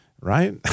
right